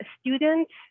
students